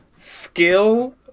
skill